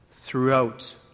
throughout